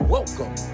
Welcome